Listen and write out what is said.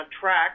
track